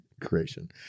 creation